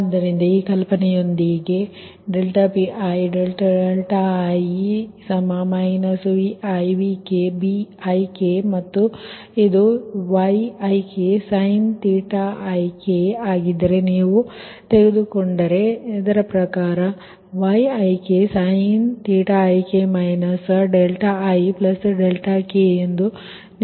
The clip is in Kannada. ಆದ್ದರಿಂದ ಈ ಕಲ್ಪನೆಯೊಂದಿಗೆ ∂Pi∂δi |Vi‖Vk‖Bik ಮತ್ತು ಇದು |Yik|sin⁡ ಆಗಿದ್ದರೆ ನೀವು ತೆಗೆದುಕೊಂಡರೆ ನನ್ನ ಪ್ರಕಾರ ಇದು |Yik|sin⁡θik ik ಎಂದು ನೀವು ತೆಗೆದುಕೊಂಡರೆ